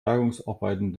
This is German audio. bergungsarbeiten